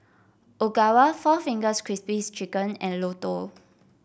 Ogawa Four Fingers Crispy Chicken and Lotto